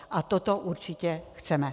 A toto určitě chceme.